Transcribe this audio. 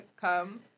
come